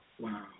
wow